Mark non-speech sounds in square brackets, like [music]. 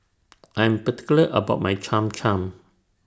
[noise] I Am particular about My Cham Cham